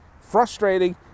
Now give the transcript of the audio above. Frustrating